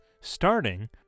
Starting